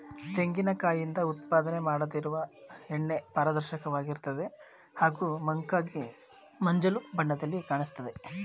ತೆಂಗಿನ ಕಾಯಿಂದ ಉತ್ಪಾದನೆ ಮಾಡದಿರುವ ಎಣ್ಣೆ ಪಾರದರ್ಶಕವಾಗಿರ್ತದೆ ಹಾಗೂ ಮಂಕಾಗಿ ಮಂಜಲು ಬಣ್ಣದಲ್ಲಿ ಕಾಣಿಸ್ತದೆ